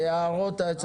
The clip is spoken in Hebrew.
גם להסתיר את זה באותיות